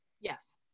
yes